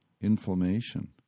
inflammation